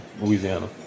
louisiana